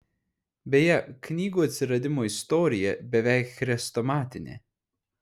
beje knygų atsiradimo istorija beveik chrestomatinė